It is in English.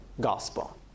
Gospel